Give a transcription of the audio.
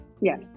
yes